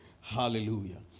Hallelujah